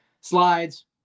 slides